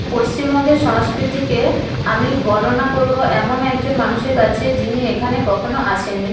পশ্চিমবঙ্গের সংস্কৃতিকে আমি বর্ণনা করবো এমন একজন মানুষের কাছে যিনি এখানে কখনও আসেন নি